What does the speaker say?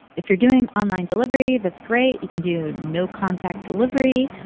if you're doing online delivery, that's great. you can do no-contact delivery.